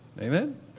Amen